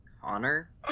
Connor